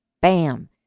Bam